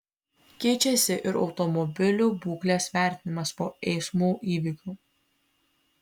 keičiasi ir automobilių būklės vertinimas po eismų įvykių